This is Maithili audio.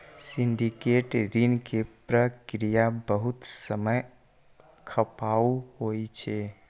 सिंडिकेट ऋण के प्रक्रिया बहुत समय खपाऊ होइ छै